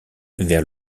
vers